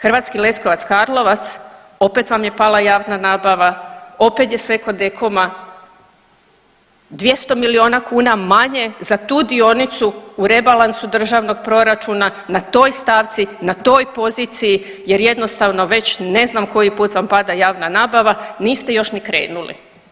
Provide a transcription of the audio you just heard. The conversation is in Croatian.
Hrvatski Leskovac – Karlovac opet vam je pala javna nabava, opet je sve kod DEKOM-a, 200 milijuna kuna manje za tu dionicu u rebalansu državnog proračuna na toj stavci, na toj poziciji jer jednostavno već ne zna koji put vam pada javna nabava niste još ni krenuli.